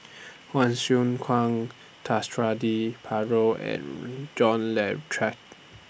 Hsu Kwang Suradi Parjo and John Le Cain